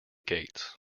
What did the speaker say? gates